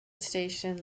station